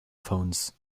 phones